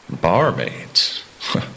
Barmaids